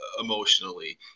emotionally